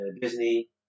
Disney